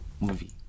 movie